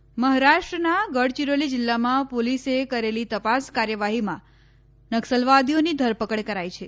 નક્સલવાદી મહારાષ્ટ્રમનાં ગડચીરોલી જિલ્લામાં પોલીસે કરેલી તપાસ કાર્યવાહીમાં નક્સલવાદીઓની ધરપકડ કરાઈ છે